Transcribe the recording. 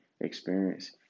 experience